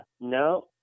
no